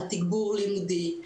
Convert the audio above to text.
על תגבור לימודי,